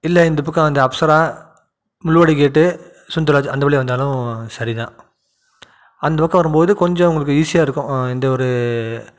இல்லை இந்தப் பக்கம் வந்து அப்சரா முள்ளுவாடி கேட்டு சுந்தர் ராஜ் அந்த வழியாக வந்தாலும் சரிதான் அந்தப் பக்கம் வரும்போது கொஞ்சம் உங்களுக்கு ஈஸியாக இருக்கும் எந்த ஒரு